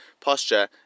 posture